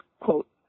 quote